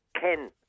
Ken